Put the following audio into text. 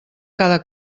cada